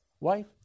Wife